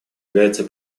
является